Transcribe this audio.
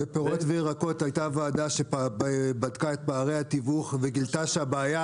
בפירות וירקות הייתה ועדה שבדקה את פערי התיווך וגילתה שהבעיה